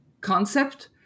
concept